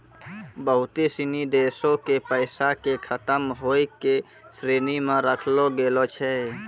बहुते सिनी देशो के पैसा के खतम होय के श्रेणी मे राखलो गेलो छै